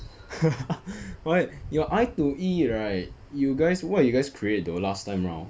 but your I two E right you guys what you guys create though last time round